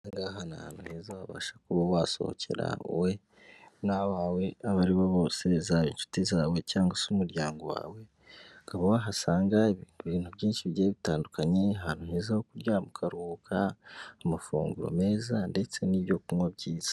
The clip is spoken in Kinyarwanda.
Aha ngaha ni ahantu heza wabasha kuba wasohokera wowe n'abawe abo ari bo bose, zaba inshuti zawe, cyangwa se umuryango wawe, ukaba wahasanga ibintu byinshi bigiye bitandukanye, ahantu heza ho kuryama ukaruhuka, amafunguro meza ndetse n'ibyo kunywa byiza.